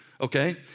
Okay